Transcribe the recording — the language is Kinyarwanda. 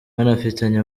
banafitanye